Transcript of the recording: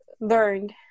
learned